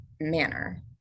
manner